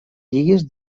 lligues